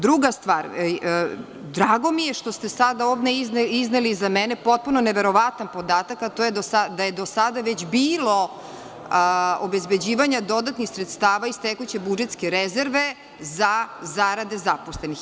Druga stvar, drago mi je što ste sad ovde izneli za mene potpuno neverovatan podatak, da je do sada već bilo obezbeđivanja dodatnih sredstava iz tekuće budžetske rezerve za zarade zaposlenih.